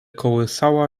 kołysała